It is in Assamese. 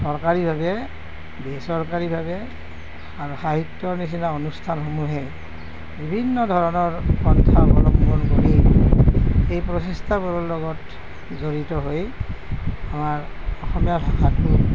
চৰকাৰীভাৱে বেচৰকাৰীভাৱে আৰু সাহিত্য়ৰ নিচিনা অনুষ্ঠানসমূহে বিভিন্ন ধৰণৰ পন্থা অৱলম্বন কৰি সেই প্ৰচেষ্টাবোৰৰ লগত জড়িত হৈ আমাৰ অসমীয়া ভাষাটোক